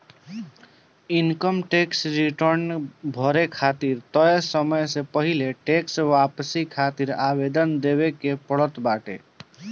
income tax return भरे खातिर तय समय से पहिले टेक्स वापसी खातिर आवेदन देवे के पड़त बाटे